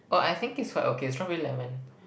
oh I think it's quite okay strawberry lemon